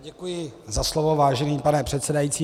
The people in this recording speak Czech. Děkuji za slovo, vážený pane předsedající.